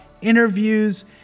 interviews